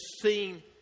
seen